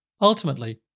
Ultimately